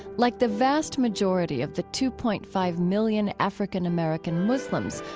like the vast majority of the two point five million african-american muslims,